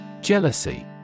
Jealousy